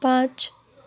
पाँच